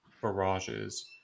barrages